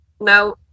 Now